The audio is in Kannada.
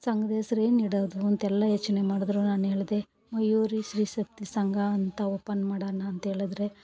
ಸಂಘ್ದಹೆಸ್ರ್ ಏನಿಡೋದು ಅಂತೆಲ್ಲ ಯೋಚನೆ ಮಾಡಿದ್ರು ನಾನೇಳ್ದೆ ಮಯೂರಿ ಸ್ತ್ರೀ ಶಕ್ತಿ ಸಂಘ ಅಂತ ಓಪನ್ ಮಾಡೋಣಾಂತೇಳಿದ್ರೆ